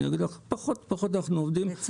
אנחנו עובדים פחות.